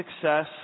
success